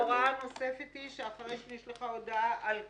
ההוראה הנוספת היא שאחרי שנשלחה הודעה על הכוונה,